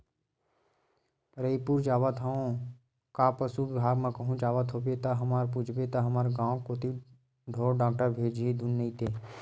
रइपुर जावत हवस का पसु बिभाग म कहूं जावत होबे ता हमर पूछबे तो हमर गांव कोती ढोर डॉक्टर भेजही धुन नइते